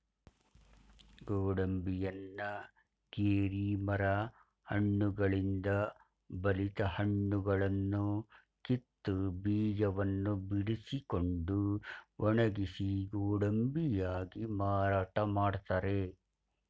ಗೋಡಂಬಿಯನ್ನ ಗೇರಿ ಮರ ಹಣ್ಣುಗಳಿಂದ ಬಲಿತ ಹಣ್ಣುಗಳನ್ನು ಕಿತ್ತು, ಬೀಜವನ್ನು ಬಿಡಿಸಿಕೊಂಡು ಒಣಗಿಸಿ ಗೋಡಂಬಿಯಾಗಿ ಮಾರಾಟ ಮಾಡ್ತರೆ